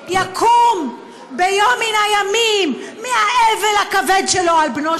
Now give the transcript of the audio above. כשהוא יקום ביום מן הימים מהאבל הכבד שלו על בנו,